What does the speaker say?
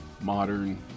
modern